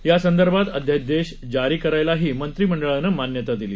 यासंदर्भात अध्यादेश जारी करायलाही मंत्रिमंडळानं मान्यता दिली